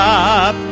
up